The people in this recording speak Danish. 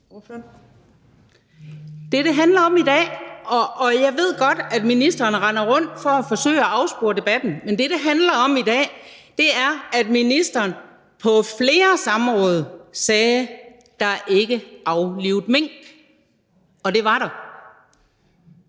Det, det handler om i dag – og jeg ved godt, at ministeren render rundt og forsøger at afspore debatten – er, at ministeren på flere samråd har sagt, at der ikke er aflivet mink, og det var der.